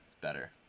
better